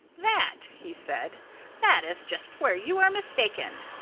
that he said that is just where you are mistaken.